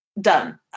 Done